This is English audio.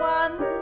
one